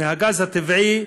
מהגז הטבעי,